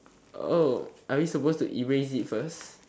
oh are we supposed to erase it first